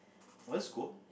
one school